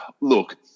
look